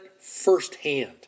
firsthand